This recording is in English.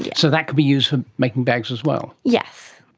so that can be used for making bags as well. yes.